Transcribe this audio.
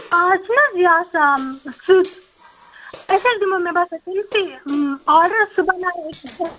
آز چھُنہٕ حظ یہِ آسان سٕژ أسۍ حظ دِمو مےٚ باسان تٔمۍ سٕے آرڈر سُہ بناے أتی